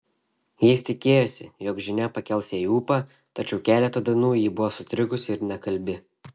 jis tikėjosi jog žinia pakels jai ūpą tačiau keletą dienų ji buvo sutrikusi ir nekalbi